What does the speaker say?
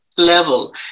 Level